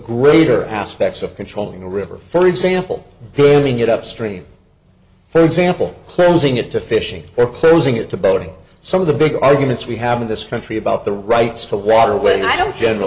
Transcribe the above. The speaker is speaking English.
greater aspects of controlling a river for example doing it upstream for example closing it to fishing or closing it to boating some of the big arguments we have in this country about the rights to water when i don't general